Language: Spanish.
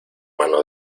mano